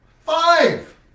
Five